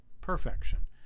perfection